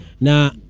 Now